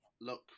look